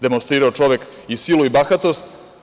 Demonstrirao je čovek i silu i bahatost.